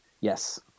Yes